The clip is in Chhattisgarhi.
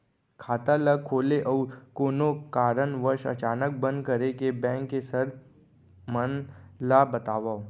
खाता ला खोले अऊ कोनो कारनवश अचानक बंद करे के, बैंक के शर्त मन ला बतावव